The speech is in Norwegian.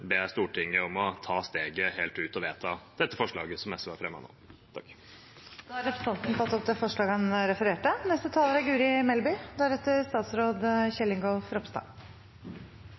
ber jeg Stortinget om ta steget helt ut og vedta dette forslaget som SV har fremmet nå. Representanten Freddy André Øvstegård har tatt opp det forslaget han refererte.